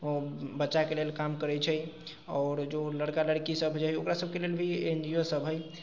बच्चाके लेल काम करैत छै आओर जो लड़का लड़की सब जे हइ ओकरा सबके लेल भी एन जी ओ सब हइ